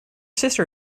sister